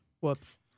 Whoops